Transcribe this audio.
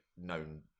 known